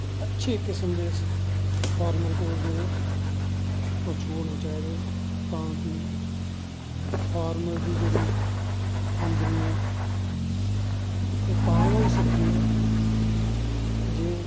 अच्छे किस्म दे फार्मर कोल जेह्ड़े पशु होनें चाही दे ताकि फार्मर दी जेह्ड़ी औंदनी ऐ ओह् तां गै होई सकदी ऐ जे